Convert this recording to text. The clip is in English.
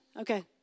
Okay